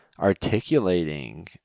articulating